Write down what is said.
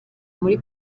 muri